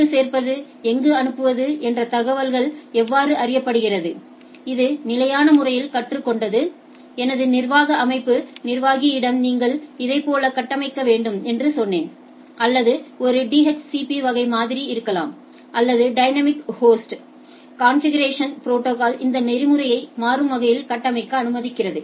எங்கு சேர்ப்பது எங்கு அனுப்புவது என்ற தகவல் எவ்வாறு அறியப்படுகிறது இது நிலையான முறையில் கற்றுக்கொண்டது எனது நிர்வாக அமைப்பு நிர்வாகி இடம் நீங்கள் இதை போல கட்டமைக்க வேண்டும் என்று சொன்னேன் அல்லது ஒரு டிஹெச்சிபி வகை மாதிரி இருக்கலாம் அல்லது டைனமிக் ஹோஸ்ட் கரன்ஃபிகிேரசன் ப்ரோடோகால் இந்த நெறிமுறையை டைனமிக் வகையில் கட்டமைக்க அனுமதிக்கிறது